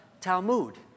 Talmud